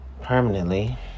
permanently